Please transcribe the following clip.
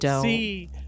see